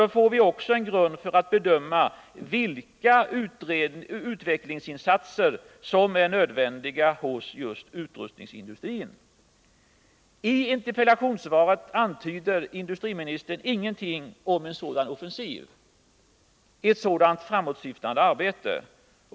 Då får vi en grund för att bedöma vilka utvecklingsinsatser som är nödvändiga i utrustningsindustrin. I interpellationssvaret antyder industriministern ingenting om en sådan offensiv, ett sådant framåtsyftande arbete.